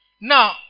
Now